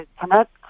connect